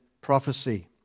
prophecy